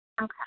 Okay